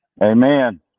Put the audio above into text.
Amen